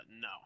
no